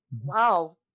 wow